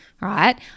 right